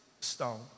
stone